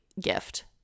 gift